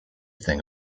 thing